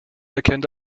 erkennt